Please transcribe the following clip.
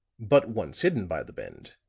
but once hidden by the bend,